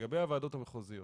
לגבי הוועדות המחוזיות